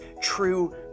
true